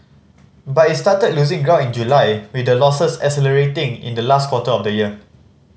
but it started losing ground in July with the losses accelerating in the last quarter of the year